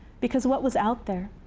because what was out there?